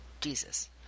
Jesus